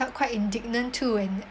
quite indignant too and